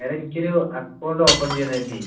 madam എനിക്ക് ഒരു account open ചെയ്യണായിരുന്നു